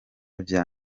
vya